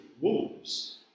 wolves